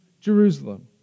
Jerusalem